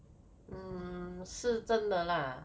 mm 是真的 lah